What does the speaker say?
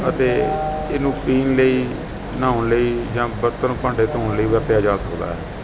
ਅਤੇ ਇਹਨੂੰ ਪੀਣ ਲਈ ਨਹਾਉਣ ਲਈ ਜਾਂ ਬਰਤਨ ਭਾਂਡੇ ਧੋਣ ਲਈ ਵਰਤਿਆ ਜਾ ਸਕਦਾ ਹੈ